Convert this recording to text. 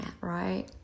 right